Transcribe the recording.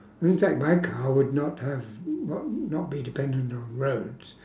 in fact my car would not have would not be dependent on roads